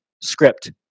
script